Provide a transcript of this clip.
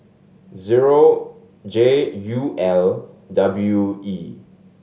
zero J U L W E